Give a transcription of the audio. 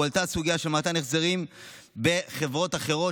הועלתה הסוגיה של מתן החזרים בחברות אחרות,